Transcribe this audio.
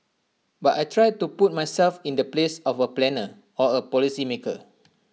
but I try to put myself in the place of A planner or A policy maker